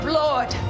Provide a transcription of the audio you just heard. lord